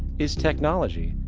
is technology,